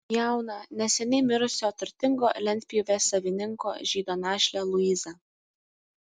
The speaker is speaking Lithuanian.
jauną neseniai mirusio turtingo lentpjūvės savininko žydo našlę luizą